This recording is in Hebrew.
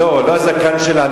לא הזקן שלה.